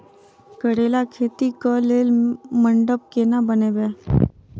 करेला खेती कऽ लेल मंडप केना बनैबे?